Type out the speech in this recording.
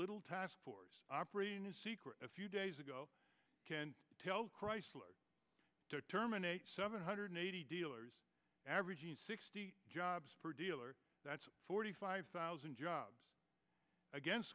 little task force operating a secret a few days ago can tell chrysler to terminate seven hundred eighty dealers averaging sixty jobs for a dealer that's forty five thousand jobs against